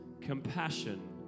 compassion